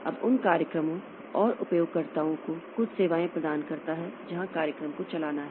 अब उन कार्यक्रमों और उपयोगकर्ताओं को कुछ सेवाएं प्रदान करता है जहां कार्यक्रम को चलाना है